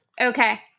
okay